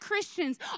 Christians